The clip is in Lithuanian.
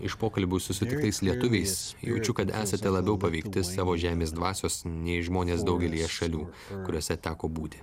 iš pokalbių su sutiktais lietuviais jaučiu kad esate labiau paveikti savo žemės dvasios nei žmonės daugelyje šalių kuriose teko būti